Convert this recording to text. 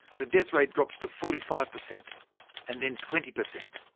the death rate drops to forty five percent and then twenty percent.